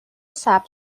ثبت